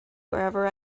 wherever